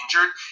injured